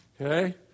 okay